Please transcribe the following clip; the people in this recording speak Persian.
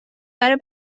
برای